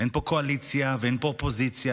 אין פה קואליציה ואין פה אופוזיציה,